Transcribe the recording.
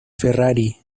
ferrari